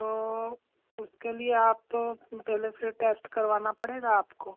तो उसके लिए आप पहले से टेस्ट करवाना पड़ेगा आपको